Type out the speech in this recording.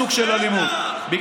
אתה עכשיו מפעיל סוג של אלימות, בטח.